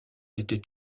était